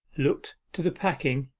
looked to the packing,